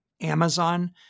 Amazon